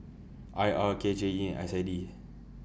I R K J E S I D